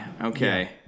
Okay